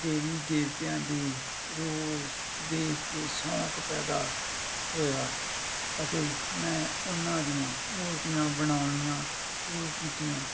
ਦੇਵੀ ਦੇਵਤਿਆਂ ਦੇ ਰੋਲ ਦੇਖ ਕੇ ਸ਼ੌਕ ਪੈਦਾ ਹੋਇਆ ਅਤੇ ਮੈਂ ਉਹਨਾਂ ਦੀਆਂ ਮੂਰਤੀਆਂ ਬਣਾਉਣੀਆਂ ਸ਼ੁਰੂ ਕੀਤੀਆਂ